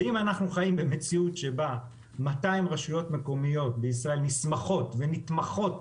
אם אנחנו חיים במציאות שבה 200 רשויות מקומיות בישראל נסמכות ונתמכות,